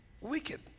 wicked